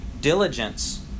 Diligence